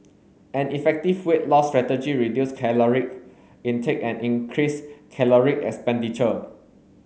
an effective weight loss strategy reduce caloric intake and increase caloric expenditure